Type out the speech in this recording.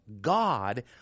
God